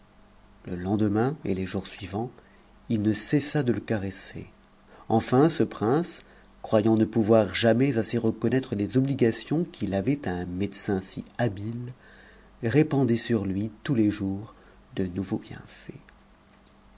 le lendemain et les jours suivants il ne cessa de le caresser enfin ce prince croyant ne pouvoir jamais assez reconnaître les obligations qu'il avait à un médecin si habile répandait sur lui tous les jours de nouveaux bienfaits